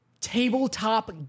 tabletop